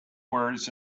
woods